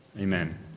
Amen